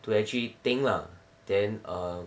to actually think lah then err